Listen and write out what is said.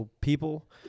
people